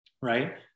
right